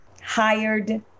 Hired